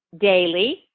daily